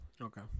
Okay